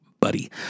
buddy